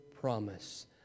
promise